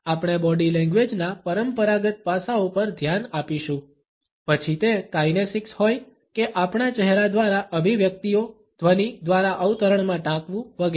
આપણે બોડી લેંગ્વેજના પરંપરાગત પાસાઓ પર ધ્યાન આપીશું પછી તે કાઇનેસિક્સ હોય કે આપણા ચહેરા દ્વારા અભિવ્યક્તિઓ ધ્વનિ દ્વારા અવતરણમાં ટાંકવું વગેરે